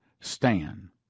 STAN